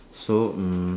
so mm